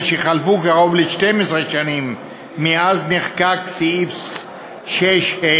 ומשחלפו קרוב ל-12 שנים מאז נחקק סעיף 6(ה)